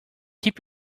keep